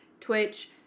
twitch